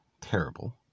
terrible